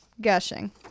gushing